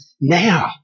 Now